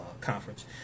Conference